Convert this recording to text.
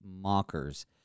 mockers